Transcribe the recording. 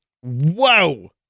Whoa